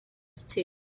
still